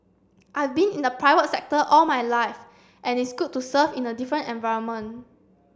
I've been in the private sector all my life and it's good to serve in a different environment